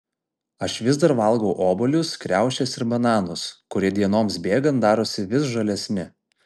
aš vis dar valgau obuolius kriaušes ir bananus kurie dienoms bėgant darosi vis žalesni